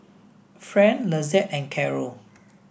Fran Lizette and Carrol